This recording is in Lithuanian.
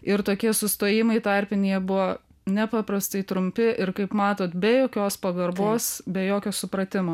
ir tokie sustojimai tarpiniai jie buvo nepaprastai trumpi ir kaip matot be jokios pagarbos be jokio supratimo